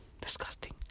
Disgusting